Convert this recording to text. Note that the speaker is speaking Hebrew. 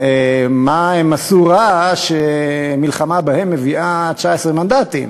מה הם עשו רע שהמלחמה בהם מביאה 19 מנדטים.